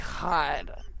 God